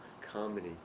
comedy